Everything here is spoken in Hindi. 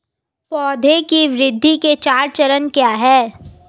पौधे की वृद्धि के चार चरण क्या हैं?